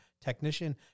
technician